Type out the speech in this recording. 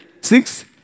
Six